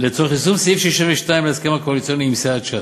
לצורך יישום סעיף 62 להסכם הקואליציוני עם סיעת ש"ס,